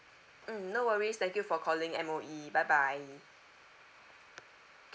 mm no worries thank you for calling M_O_E bye bye